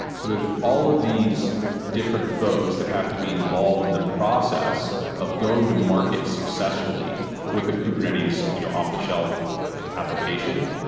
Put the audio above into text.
so all of these different folks that have to be involved in the process of going to market successfully with a kubernetes you know off-the-shelf like application.